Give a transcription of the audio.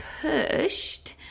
pushed